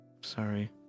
Sorry